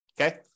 Okay